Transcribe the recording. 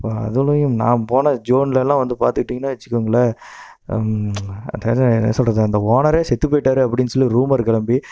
அப்போ அதுலேயும் நான் போன ஜூன்லலாம் வந்து பார்த்துக்கிட்டீங்கனா வச்சுக்கோங்களேன் என்ன சொல்கிறது அந்த ஓனரே செத்து போய்ட்டாரு அப்படினு சொல்லி ரூமரு கிளப்பி